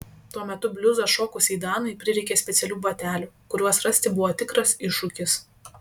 tuo metu bliuzą šokusiai danai prireikė specialių batelių kuriuos rasti buvo tikras iššūkis